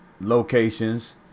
locations